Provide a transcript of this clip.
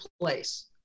place